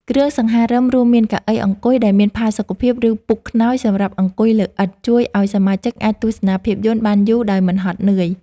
គ្រឿងសង្ហារិម រួមមានកៅអីអង្គុយដែលមានផាសុកភាព ឬពូកខ្នើយសម្រាប់អង្គុយលើឥដ្ឋ ជួយឱ្យសមាជិកអាចទស្សនាភាពយន្តបានយូរដោយមិនហត់នឿយ។